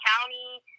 county